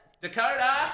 Dakota